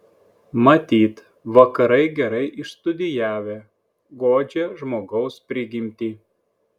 matyt vakarai gerai išstudijavę godžią žmogaus prigimtį